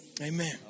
Amen